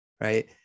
Right